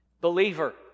Believer